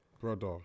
brother